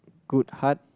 good heart